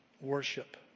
worship